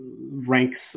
ranks